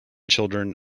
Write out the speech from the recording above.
children